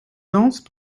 danse